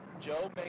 Joe